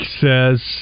says